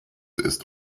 ist